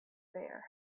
there